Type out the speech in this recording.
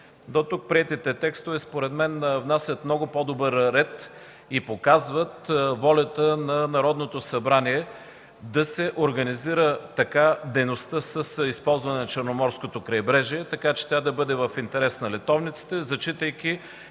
дотук текстове според мен внасят много по-добър ред и показват волята на Народното събрание да се организира така дейността с използването на Черноморското крайбрежие, че да бъде в интерес на летовниците, зачитайки